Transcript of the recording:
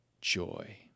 joy